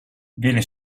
viene